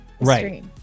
Right